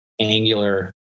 angular